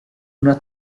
una